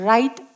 Right